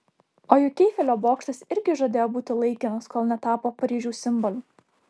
o juk eifelio bokštas irgi žadėjo būti laikinas kol netapo paryžiaus simboliu